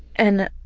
and